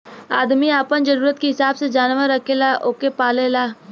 आदमी आपन जरूरत के हिसाब से जानवर रखेला ओके पालेला